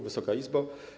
Wysoka Izbo!